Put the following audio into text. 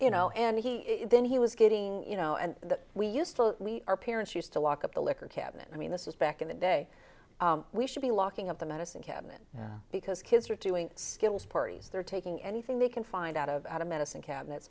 you know and he then he was getting you know and that we used our parents used to lock up the liquor cabinet i mean this is back in the day we should be locking up the medicine cabinet because kids are doing skills parties they're taking anything they can find out of out of medicine cabinet